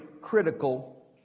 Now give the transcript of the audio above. critical